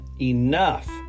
enough